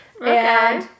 Okay